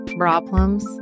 problems